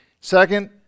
Second